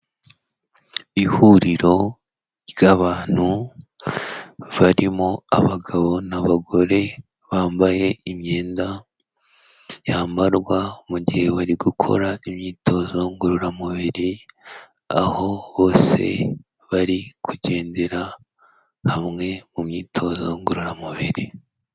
Ihuriro ry'abantu barimo abagabo n'abagore bambaye imyenda yambarwa mu gihe bari gukora imyitozo ngororamubiri, aho bose bari kugendera hamwe mu myitozo ngororamubiri.